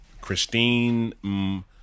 Christine